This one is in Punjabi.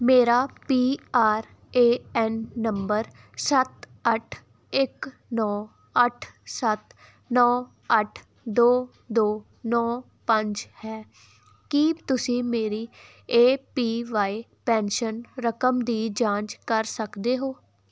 ਮੇਰਾ P R A N number ਸੱਤ ਅੱਠ ਇੱਕ ਨੌਂ ਅੱਠ ਸੱਤ ਨੌਂ ਅੱਠ ਦੋ ਦੋ ਨੌਂ ਪੰਜ ਹੈ ਕੀ ਤੁਸੀਂ ਮੇਰੀ ਏ ਪੀ ਵਾਏ ਪੈਨਸ਼ਨ ਰਕਮ ਦੀ ਜਾਂਚ ਕਰ ਸਕਦੇ ਹੋ